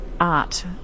art